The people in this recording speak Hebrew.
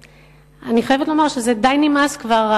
אני חייבת לומר שזה די נמאס כבר,